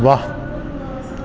वाह